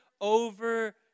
over